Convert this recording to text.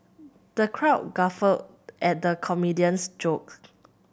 the crowd guffawed at the comedian's joke